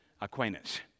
acquaintance